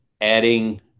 adding